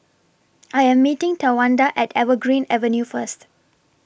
I Am meeting Tawanda At Evergreen Avenue First